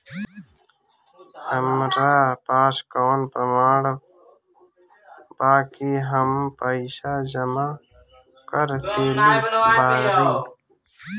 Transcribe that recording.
हमरा पास कौन प्रमाण बा कि हम पईसा जमा कर देली बारी?